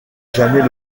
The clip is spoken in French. jamais